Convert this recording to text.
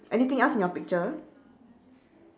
anything else in your picture